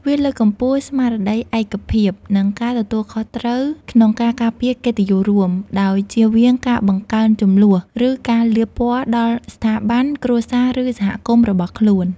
វាលើកកម្ពស់ស្មារតីឯកភាព និងការទទួលខុសត្រូវក្នុងការការពារកិត្តិយសរួម ដោយជៀសវាងការបង្កើនជម្លោះ ឬការលាបពណ៌ដល់ស្ថាប័ន គ្រួសារ ឬសហគមន៍របស់ខ្លួន។